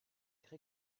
très